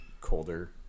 colder